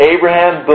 Abraham